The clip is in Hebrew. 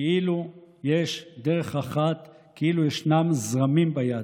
כאילו ישנם זרמים ביהדות.